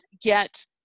get